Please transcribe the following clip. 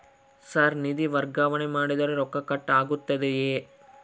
Sir ನಿಧಿ ವರ್ಗಾವಣೆ ಮಾಡಿದರೆ ರೊಕ್ಕ ಕಟ್ ಆಗುತ್ತದೆಯೆ?